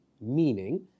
meaning